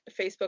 Facebook